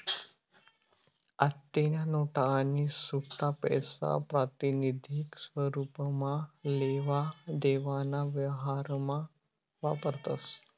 आत्तेन्या नोटा आणि सुट्टापैसा प्रातिनिधिक स्वरुपमा लेवा देवाना व्यवहारमा वापरतस